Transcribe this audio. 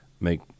make